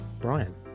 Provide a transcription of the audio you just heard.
Brian